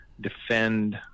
defend